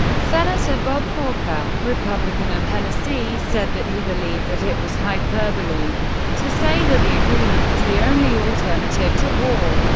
senator bob corker, republican of tennessee, said that he believed that it was hyperbole to say that the agreement was the only alternative to war.